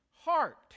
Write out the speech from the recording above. heart